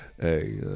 Hey